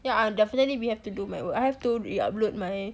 yeah definitely we have to do my work I have to re-upload my